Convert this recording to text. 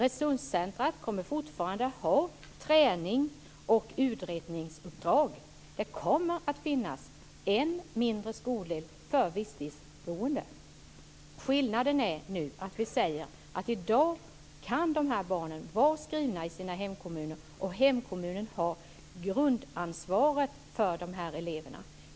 Resurscentrumet kommer fortfarande att ha träning och utredningsuppdrag. Det kommer att finnas en mindre skoldel för visstidsboende. Skillnaden är att vi säger att dessa barn kan vara skrivna i sina hemkommuner och att hemkommunen har grundansvaret för dessa elever.